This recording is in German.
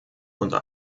unter